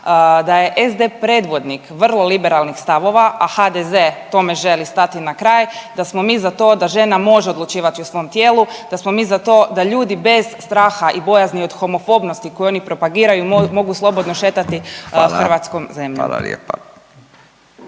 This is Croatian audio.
da je SD predvodnik vrlo liberalnih stavova, a HDZ tome želi stati na kraj, da smo mi za to da žena može odlučivati o svom tijelu, da smo mi za to da ljudi bez straha i bojazni od homofobnosti koje oni propagiraju mogu slobodno šetati hrvatskom zemljom. **Radin,